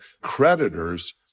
creditors